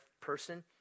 person